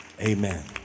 amen